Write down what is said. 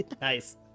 Nice